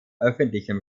öffentlichem